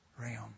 realm